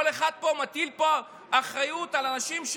אנחנו מידרדרים למלחמת אחים בגללכם,